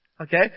Okay